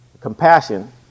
compassion